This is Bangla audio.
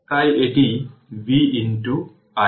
তাই এটি v i